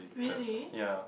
really